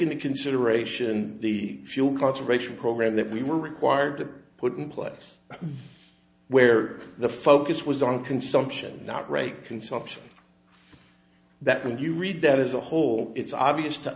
into consideration the fuel conservation program that we were required to put in place where the focus was on consumption not rate consumption that when you read that as a whole it's obvious to